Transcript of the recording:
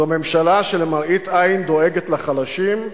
זו ממשלה שלמראית עין דואגת לחלשים,